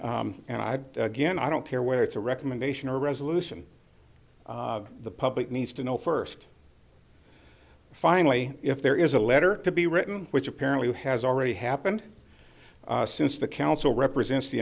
approved and i again i don't care whether it's a recommendation or a resolution the public needs to know first finally if there is a letter to be written which apparently has already happened since the council represents the